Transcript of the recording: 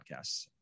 podcasts